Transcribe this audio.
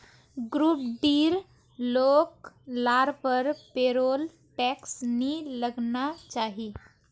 group डीर लोग लार पर पेरोल टैक्स नी लगना चाहि